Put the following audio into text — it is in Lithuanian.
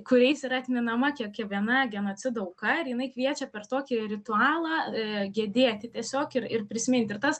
kuriais ir atmenama kiekviena genocido auka ir jinai kviečia per tokį ritualą gedėti tiesiog ir ir prisiminti ir tas